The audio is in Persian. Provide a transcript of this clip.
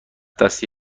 دستی